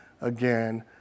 again